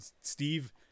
steve